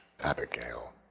Abigail